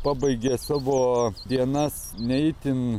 pabaigė savo dienas ne itin